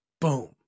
boom